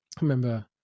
remember